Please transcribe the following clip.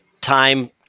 time